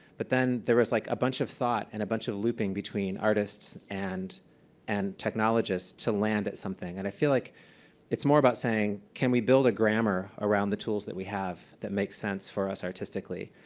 but then there was, like, a bunch of thought and a bunch of looping between artists and and technologists to land at something, and i feel like it's more about saying, can we build a grammar around the tools that we have that make sense for us artistically?